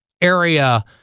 area